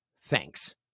Thanks